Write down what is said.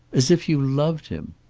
as if you loved him!